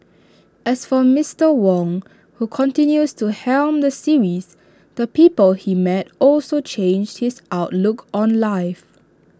as for Mister Wong who continues to helm the series the people he met also changed his outlook on life